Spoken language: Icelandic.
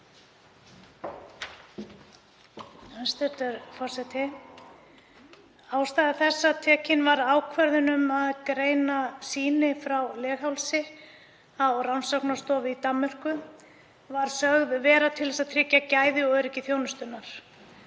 Ástæða þess að tekin var ákvörðun um að greina sýni frá leghálsi á rannsóknastofu í Danmörku var sögð vera sú að tryggja gæði og öryggi þjónustunnar.